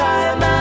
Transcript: Time